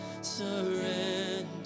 surrender